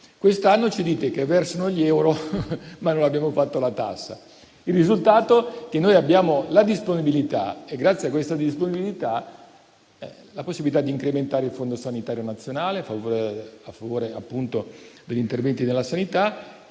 quest'anno ci dite che versano gli euro, ma non abbiamo fatto la tassa. Il risultato è che noi abbiamo la disponibilità, grazie alla quale possiamo incrementare il Fondo sanitario nazionale a favore degli interventi nella sanità